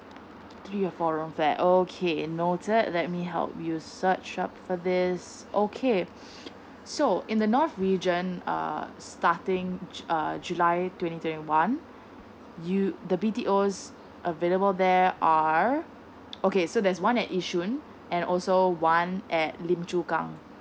three or four room flat okay noted let me help you search up for this okay so in the north region uh starting ju~ err july twenty twenty one you the B T Os available there are okay so there's one at yishun and also one at lim chu kang